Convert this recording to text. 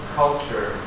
culture